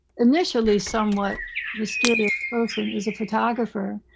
initially somewhat the sturdier person is a photographer.